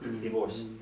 divorce